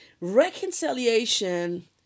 Reconciliation